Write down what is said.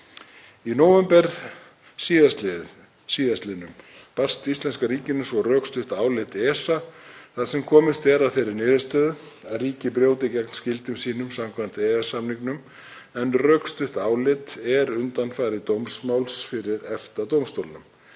Í nóvember síðastliðnum barst íslenska ríkinu svo rökstutt álit ESA þar sem komist er að þeirri niðurstöðu að ríkið brjóti gegn skyldum sínum samkvæmt EES-samningnum en rökstutt álit er undanfari dómsmáls fyrir EFTA-dómstólnum.